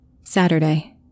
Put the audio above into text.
Saturday